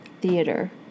Theater